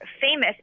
famous